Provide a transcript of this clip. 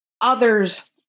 others